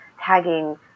tagging